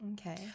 Okay